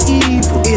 evil